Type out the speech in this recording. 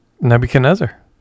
nebuchadnezzar